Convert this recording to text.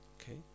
Okay